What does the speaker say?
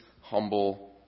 humble